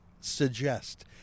suggest